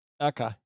Okay